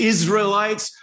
Israelites